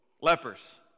lepers